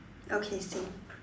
okay same